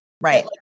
Right